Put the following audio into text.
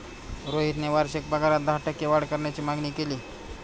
रोहितने वार्षिक पगारात दहा टक्के वाढ करण्याची मागणी केली